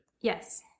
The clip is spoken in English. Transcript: yes